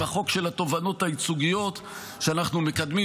החוק של תובענות ייצוגיות שאנחנו מקדמים,